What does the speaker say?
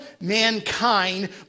mankind